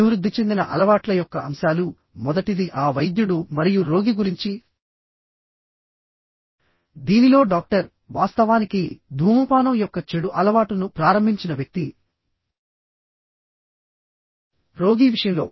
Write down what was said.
అభివృద్ధి చెందిన అలవాట్ల యొక్క అంశాలుమొదటిది ఆ వైద్యుడు మరియు రోగి గురించి దీనిలో డాక్టర్వాస్తవానికిధూమపానం యొక్క చెడు అలవాటును ప్రారంభించిన వ్యక్తి రోగి విషయంలో